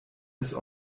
des